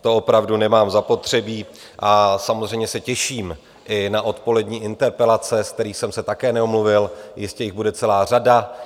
To opravdu nemám zapotřebí a samozřejmě se těším i na odpolední interpelace, ze kterých jsem se také neomluvil, jistě jich bude celá řada.